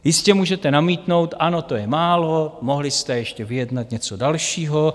Jistě, můžete namítnout, ano, to je málo, mohli jste ještě vyjednat něco dalšího.